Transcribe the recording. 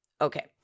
Okay